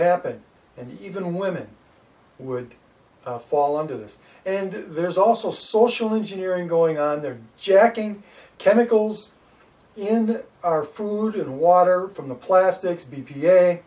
happen and even women would fall under this and there is also social engineering going on there jacking chemicals in our food and water from the plastics b p